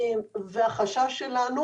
החשש שלנו